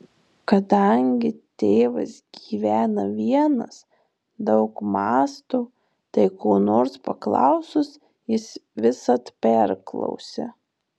kadangi tėvas gyvena vienas daug mąsto tai ko nors paklausus jis visad perklausia